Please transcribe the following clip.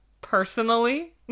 personally